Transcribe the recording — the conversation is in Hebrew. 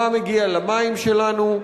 מה מגיע למים שלנו,